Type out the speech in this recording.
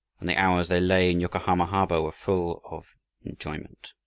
and the hours they lay in yokahama harbor were full of enjoyment.